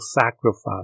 sacrifice